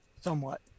Somewhat